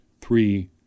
three